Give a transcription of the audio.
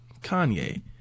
Kanye